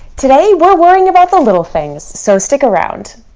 today, we're worrying about the little things so stick around